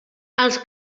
els